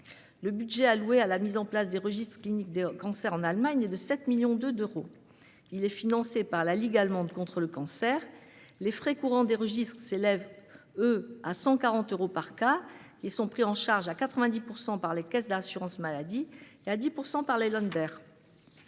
Le budget alloué à la mise en place des registres cliniques des cancers est de 7,2 millions d'euros. Il est financé par la ligue allemande contre le cancer. Les frais courants des registres s'élèvent à 140 euros par cas et sont pris en charge à 90 % par les caisses d'assurance maladie et à 10 % par les. Le